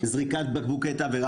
זריקת בקבוקי תבערה,